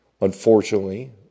Unfortunately